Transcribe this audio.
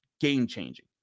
game-changing